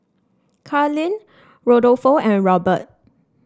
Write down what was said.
Karlene Rodolfo and Robert